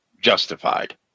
justified